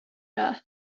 earth